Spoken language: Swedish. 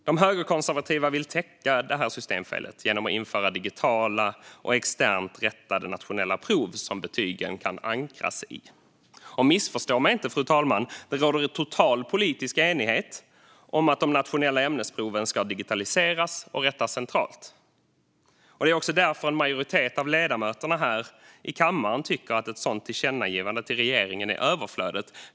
De högerkonservativa vill täcka över det här systemfelet genom att införa digitala och externt rättade nationella prov som betygen kan ankras i. Och missförstå mig inte, fru talman - det råder total politisk enighet om att de nationella ämnesproven ska digitaliseras och rättas centralt. Det är också därför en majoritet av ledamöterna här i kammaren tycker att ett sådant tillkännagivande till regeringen är överflödigt.